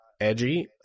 edgy